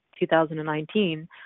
2019